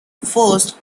first